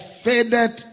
faded